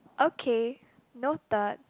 okay noted